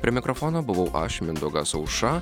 prie mikrofono buvau aš mindaugas aušra